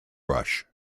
rush